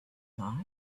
thought